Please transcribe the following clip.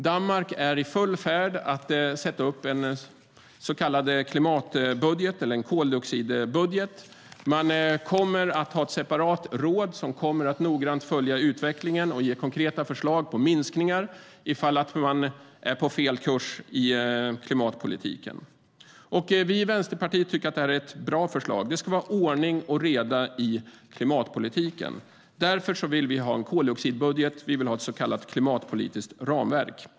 Danmark är i full färd med att sätta upp en så kallad klimatbudget eller koldioxidbudget. Man kommer att ha ett separat råd som noggrant kommer att följa utvecklingen och ge konkreta förslag på minskningar om Danmark är på fel kurs i klimatpolitiken. Vänsterpartiet tycker att detta är ett bra förslag. Det ska vara ordning och reda i klimatpolitiken. Därför vill vi ha en koldioxidbudget och ett så kallat klimatpolitiskt ramverk.